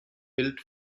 built